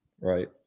Right